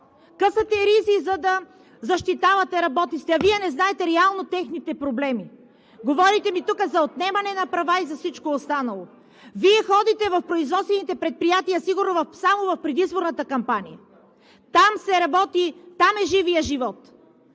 Късате ризи, за да защитавате работниците, а Вие не знаете реално техните проблеми. Говорите ми тук за отнемане на права и за всичко останало. Вие сигурно ходите в производствените предприятия само в предизборната кампания, а там се работи, там е живият живот,